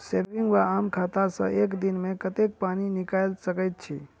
Saving वा आम खाता सँ एक दिनमे कतेक पानि निकाइल सकैत छी?